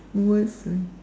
what's line